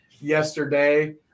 yesterday